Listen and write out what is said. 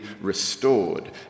restored